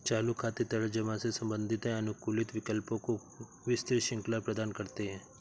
चालू खाते तरल जमा से संबंधित हैं, अनुकूलित विकल्पों की विस्तृत श्रृंखला प्रदान करते हैं